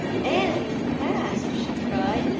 anne, you've passed, she cried,